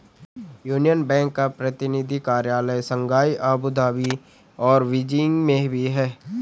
union bank का प्रतिनिधि कार्यालय शंघाई अबू धाबी और बीजिंग में भी है